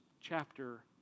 chapter